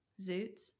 Zoots